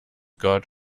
got